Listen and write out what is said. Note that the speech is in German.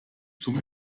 zum